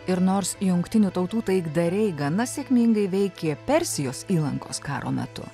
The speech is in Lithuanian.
ir nors jungtinių tautų taikdariai gana sėkmingai veikė persijos įlankos karo metu